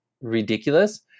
ridiculous